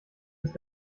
ist